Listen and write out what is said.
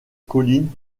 colline